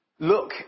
look